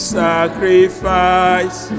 sacrifice